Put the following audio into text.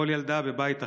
כל ילדה בבית אחר,